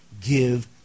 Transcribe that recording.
give